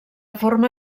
forma